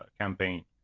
campaign